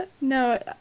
no